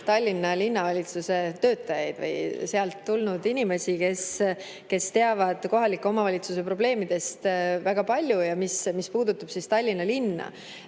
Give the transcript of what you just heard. Tallinna Linnavalitsuse töötajaid või sealt tulnud inimesi, kes teavad kohaliku omavalitsuse probleemidest väga palju, mis puudutab Tallinna linna.